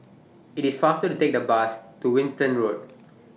IT IS faster to Take The Bus to Winstedt Road